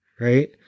right